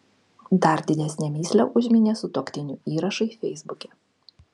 dar didesnę mįslę užminė sutuoktinių įrašai feisbuke